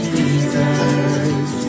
Jesus